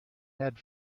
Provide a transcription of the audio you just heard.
had